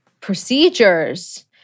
procedures